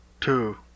Two